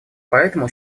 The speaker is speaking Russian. поэтому